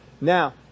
now